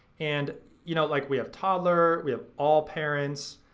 and you know like we have toddler, we have all parents,